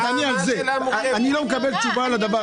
--- אני לא מקבל תשובה לדבר הזה.